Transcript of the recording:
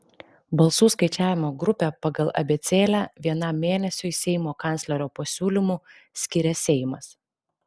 balsų skaičiavimo grupę pagal abėcėlę vienam mėnesiui seimo kanclerio pasiūlymu skiria seimas